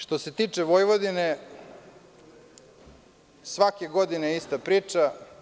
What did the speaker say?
Što se tiče Vojvodine, svake godine je ista priča.